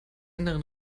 anderen